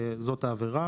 וזאת העבירה,